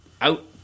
out